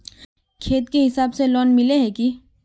खेत के हिसाब से लोन मिले है की?